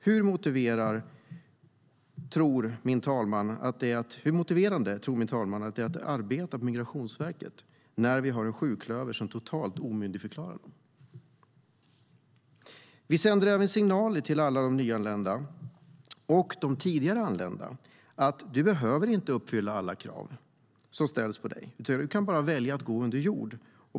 Hur motiverande tror min talman att det är att arbeta på Migrationsverket när vi har en sjuklöver som totalt omyndigförklarar dem? Vi sänder även signaler till alla de nyanlända och de tidigare anlända: Du behöver inte uppfylla alla krav som ställs på dig, utan du kan bara välja att gå under jord.